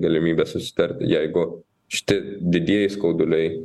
galimybę susitarti jeigu šiti didieji skauduliai